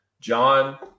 John